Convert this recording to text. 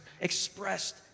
expressed